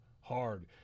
hard